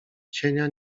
cienia